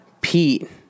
Pete